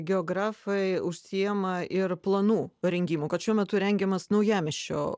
geografai užsiima ir planų parengimu kad šiuo metu rengiamas naujamiesčio